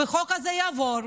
והחוק הזה יעבור,